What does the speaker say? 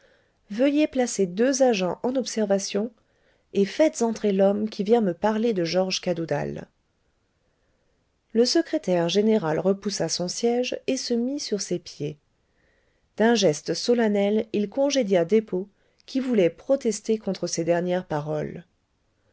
veuillez placer deux agents en observation et faites entrer l'homme qui vient me parler de georges cadoudal le secrétaire général repoussa son siège et se mit sur ses pieds d'un geste solennel il congédia despaux qui voulait protester contre ses dernières paroles